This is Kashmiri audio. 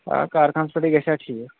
آ کار خانسٕے پٮ۪ٹھ گژھِ ہا ٹھیٖک